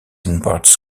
imparts